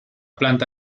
planta